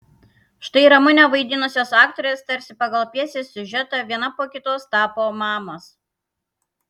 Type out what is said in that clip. štai ramunę vaidinusios aktorės tarsi pagal pjesės siužetą viena po kitos tapo mamos